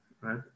right